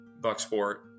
Bucksport